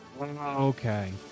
Okay